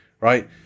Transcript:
right